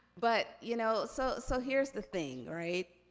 but, you know, so so here's the thing, right?